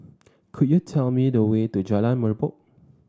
could you tell me the way to Jalan Merbok